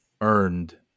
earned